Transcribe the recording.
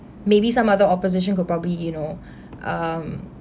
maybe some other opposition could probably you know um